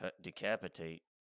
decapitate